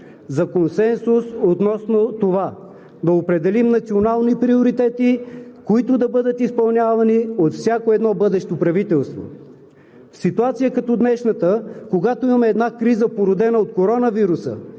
за консенсус относно това да определим национални приоритети, които да бъдат изпълнявани от всяко едно бъдещо правителство. В ситуация като днешната, когато имаме криза, породена от коронавируса,